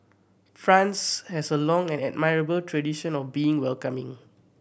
France has a long and admirable tradition of being welcoming